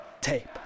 tape